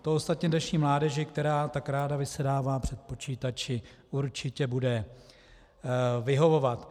To ostatně dnešní mládeži, která tak ráda vysedává před počítači, určitě bude vyhovovat.